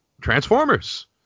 Transformers